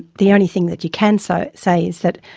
the only thing that you can say say is that,